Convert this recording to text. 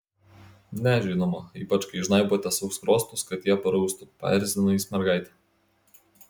ne žinoma ypač kai žnaibote sau skruostus kad jie paraustų paerzino jis mergaitę